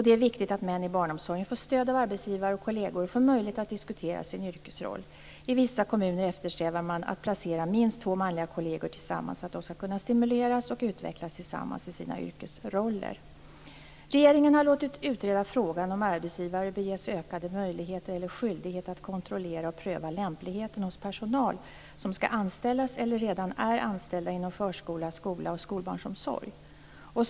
Det är viktigt att män i barnomsorgen får stöd av arbetsgivare och kolleger och får möjlighet att diskutera sin yrkesroll. I vissa kommuner eftersträvar man att placera minst två manliga kolleger tillsammans för att de skall kunna stimuleras och utvecklas tillsammans i sina yrkesroller. Regeringen har låtit utreda frågan om arbetsgivare bör ges ökade möjligheter eller skyldighet att kontrollera och pröva lämpligheten hos personal som skall anställas eller redan är anställd inom förskola, skola och skolbarnsomsorg.